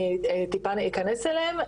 אני טיפה אכנס אליהם,